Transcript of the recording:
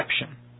exception